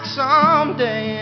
someday